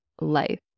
life